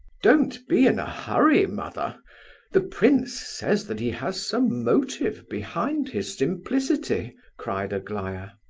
don't be in a hurry, mother the prince says that he has some motive behind his simplicity, cried aglaya.